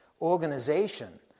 organization